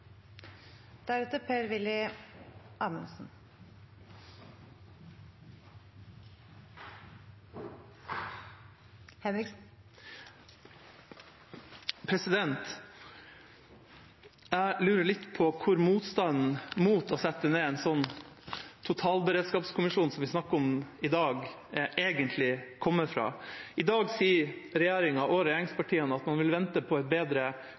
Jeg lurer litt på hvor motstanden mot å sette ned en slik totalberedskapskommisjon som vi snakker om i dag, egentlig kommer fra. I dag sier regjeringen og regjeringspartiene at man vil vente på et bedre